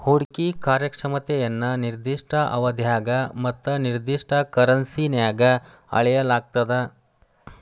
ಹೂಡ್ಕಿ ಕಾರ್ಯಕ್ಷಮತೆಯನ್ನ ನಿರ್ದಿಷ್ಟ ಅವಧ್ಯಾಗ ಮತ್ತ ನಿರ್ದಿಷ್ಟ ಕರೆನ್ಸಿನ್ಯಾಗ್ ಅಳೆಯಲಾಗ್ತದ